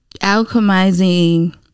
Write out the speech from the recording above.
alchemizing